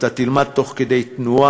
אתה תלמד תוך כדי תנועה.